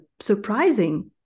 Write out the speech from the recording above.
surprising